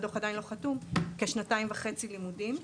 הדוח עדיין לא חתום כשנתיים וחצי לימודים.